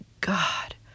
God